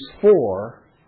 four